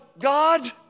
God